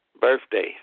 birthday